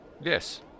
Yes